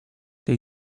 they